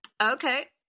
Okay